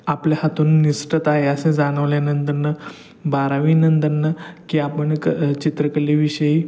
आपल्या हातून निसटत आहे असे जाणवल्यानंतर नं बारावीनंतर नं की आपण क चित्रकलेविषयी